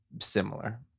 similar